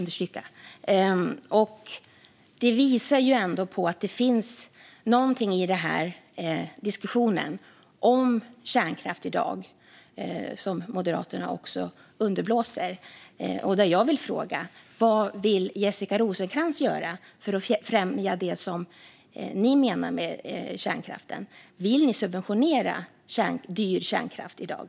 Detta visar ändå att det finns något i diskussionen om kärnkraft i dag som Moderaterna underblåser. Vad vill Jessica Rosencrantz och Moderaterna göra för att som ni menar främja kärnkraften? Vill ni subventionera dyr kärnkraft i dag?